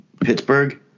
Pittsburgh